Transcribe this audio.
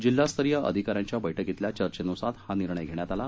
जिल्हास्तरीय अधिका यांच्या बळ्कीतल्या चर्चेनुसार हा निर्णय घेण्यात आला